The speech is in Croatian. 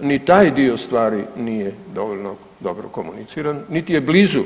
Ni taj dio stvari nije dovoljno dobro komuniciran, niti je blizu